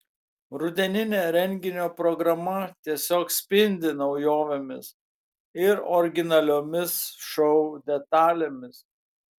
rudeninė renginio programa tiesiog spindi naujovėmis ir originaliomis šou detalėmis